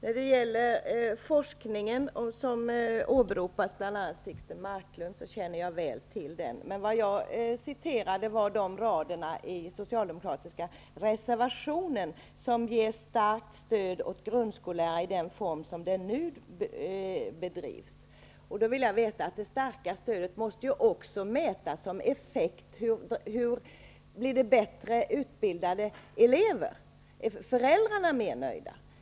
Fru talman! Jag känner väl till den forskning av Sixten Marklund som åberopades. Men jag läste upp några rader i den socialdemokratiska reservation där det ges ett starkt stöd för grundskollärarutbildningen i den form som den nu bedrivs. Det starka stödet måste också mätas som effekt när det gäller om det blir bättre utbildade elever. Är föräldrarna mer nöjda?